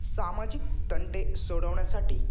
सामाजिक तंटे सोडवण्यासाठी